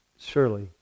Surely